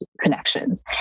connections